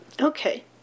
Okay